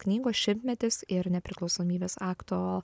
knygos šimtmetis ir nepriklausomybės akto